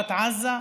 ברצועת עזה?